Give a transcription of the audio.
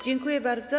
Dziękuję bardzo.